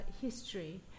history